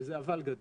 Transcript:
וזה אבל גדול,